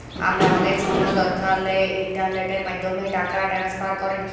আমরা অলেক সময় দকালের ইলটারলেটের মাধ্যমে টাকা টেনেসফার ক্যরি